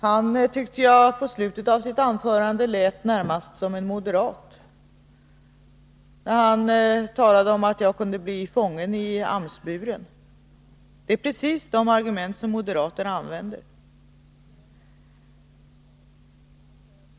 Jag tyckte att han i slutet av sitt anförande lät närmast som en moderat, när han talade om att jag kunde bli fången i AMS-buren. Det är precis det argument som moderaterna använder.